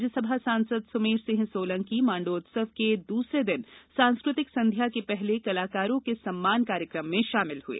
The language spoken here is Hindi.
राज्य सभा सांसद सुमेर सिंह सोलंकी माण्डू उत्सव के दूसरे दिन सांस्कृतिक संध्या के पहले कलाकारों के सम्मान कार्यक्रम में शामिल हुए